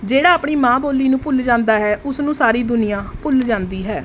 ਜਿਹੜਾ ਆਪਣੀ ਮਾਂ ਬੋਲੀ ਨੂੰ ਭੁੱਲ ਜਾਂਦਾ ਹੈ ਉਸਨੂੰ ਸਾਰੀ ਦੁਨੀਆ ਭੁੱਲ ਜਾਂਦੀ ਹੈ